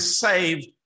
saved